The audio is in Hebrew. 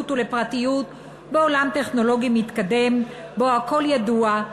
ולפרטיות בעולם טכנולוגי מתקדם שבו הכול ידוע,